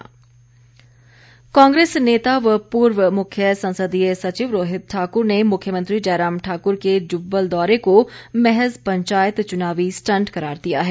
रोहित ठाक्र कांग्रेस नेता व पूर्व मुख्य संसदीय सचिव रोहित ठाकुर ने मुख्यमंत्री जयराम ठाकुर के जुब्बल दौरे को महज पंचायत चुनावी स्टंट करार दिया है